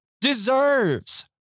deserves